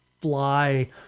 fly